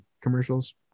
commercials